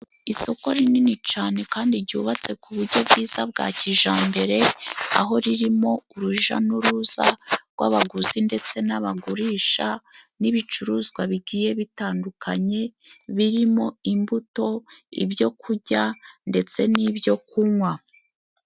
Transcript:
Isoko rinini cane kandi ryubatse ku buryo bwiza bwa kijambere aho ririmo uruja n'uruza rw'abaguzi ndetse n'abagurisha n'ibicuruzwa bigiye bitandukanye birimo: imbuto, ibyokujya ndetse n'ibyo kunywa.